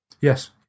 Yes